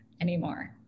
anymore